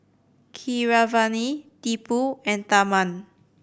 Keeravani Tipu and Tharman